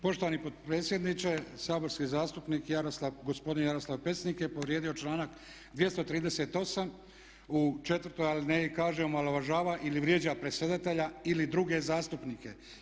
Poštovani potpredsjedniče, saborski zastupnik gospodin Jaroslav Pecnik je povrijedio članak 238. u četvrtoj alineji kaže "omalovažava ili vrijeđa predsjedatelja ili druge zastupnike"